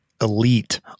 elite